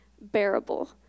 bearable